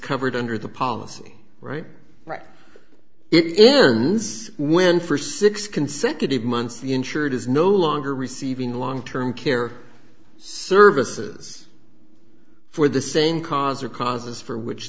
covered under the policy right right it ends when for six consecutive months the insured is no longer receiving long term care services for the same cause or causes for which